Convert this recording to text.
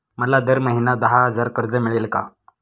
मला दर महिना दहा हजार कर्ज मिळेल का?